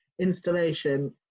installation